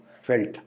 felt